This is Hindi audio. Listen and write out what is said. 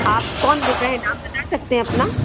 आप कौन बोल रहे हैं नाम बता सकते हैं अपना